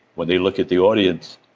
when they look at the audience,